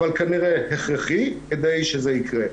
אבל כנראה הכרחי כדי שזה יקרה.